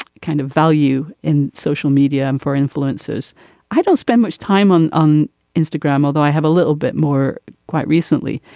kind of value in social media and for influencers i don't spend much time on on instagram although i have a little bit more quite recently.